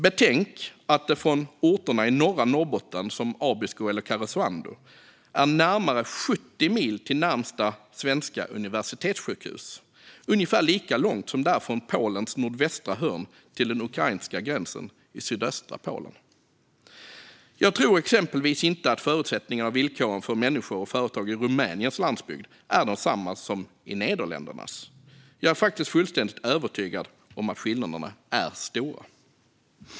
Betänk att det från orter i norra Norrbotten, som Abisko eller Karesuando, är närmare 70 mil till närmaste svenska universitetssjukhus. Det är ungefär lika långt som det är från Polens nordvästra hörn till den ukrainska gränsen i sydöstra Polen. Jag tror exempelvis inte att förutsättningarna och villkoren för människor och företag i Rumäniens landsbygd är desamma som i Nederländernas landsbygd. Jag är faktiskt fullständigt övertygad om att skillnaderna är stora.